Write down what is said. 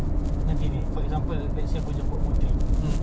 nanti ni for example let's say aku jemput puteri